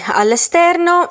all'esterno